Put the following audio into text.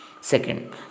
Second